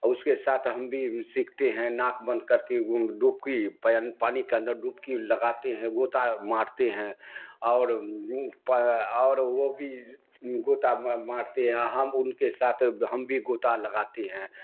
اس کے ساتھ ہم بھی سیکھتے ہیں ناک بند کر کے ڈوبکی پ پانی کے اندر ڈوبکی لگاتے ہیں گوتا مارتے ہیں اور اور وہ بھی گوتا مارتے ہیں ہم ان کے ساتھ ہم بھی گوتا لگاتے ہیں